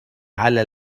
على